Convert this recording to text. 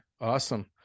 awesome